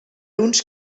uns